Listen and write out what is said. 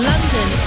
London